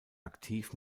aktiv